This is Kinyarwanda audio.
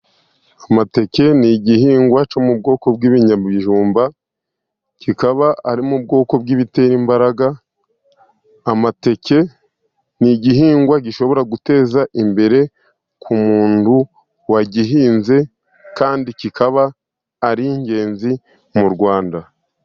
Amateke ni igihingwa cyo mu bwoko bw'ibinyabijumba, kikaba ari mu bwoko bw'ibitera imbaraga, amateke ni igihingwa gishobora guteza imbere ku muntu wagihinze kandi kikaba ari ingenzi mu Rwanda.